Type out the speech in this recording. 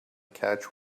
catch